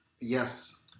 Yes